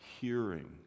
hearing